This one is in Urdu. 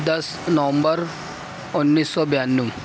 دس نومبر انیس سو بیانوے